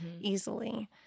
easily